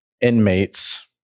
inmates